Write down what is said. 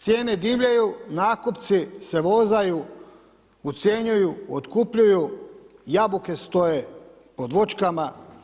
Cijene divljaju, nakupci se vozaju, ucjenjuju, otkupljuju, jabuke stoje pod voćkama.